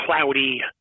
cloudy